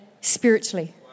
spiritually